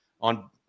on